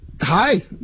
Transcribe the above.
hi